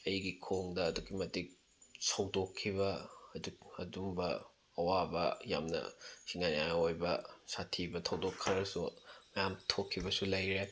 ꯑꯩꯒꯤ ꯈꯣꯡꯗ ꯑꯗꯨꯛꯀꯤ ꯃꯇꯤꯛ ꯁꯧꯗꯣꯛꯈꯤꯕ ꯑꯗꯨꯒꯨꯝꯕ ꯑꯋꯥꯕ ꯌꯥꯝꯅ ꯁꯤꯡꯅꯅꯤꯡꯉꯥꯏ ꯑꯣꯏꯕ ꯁꯥꯠꯊꯤꯕ ꯊꯧꯗꯣꯛ ꯈꯔꯁꯨ ꯌꯥꯝ ꯊꯣꯛꯈꯤꯕꯁꯨ ꯂꯩꯔꯦ